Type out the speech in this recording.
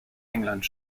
england